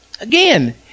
Again